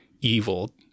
evil